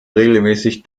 regelmäßig